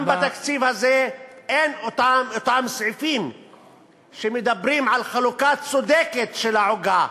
גם בתקציב הזה אין אותם סעיפים שמדברים על חלוקה צודקת של העוגה,